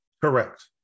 correct